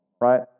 right